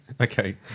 Okay